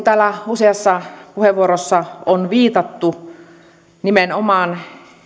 täällä useassa puheenvuorossa on viitattu nimenomaan